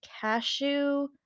cashew